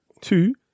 Two